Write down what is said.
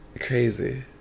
Crazy